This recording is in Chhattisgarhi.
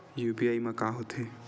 यू.पी.आई मा का होथे?